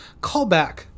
callback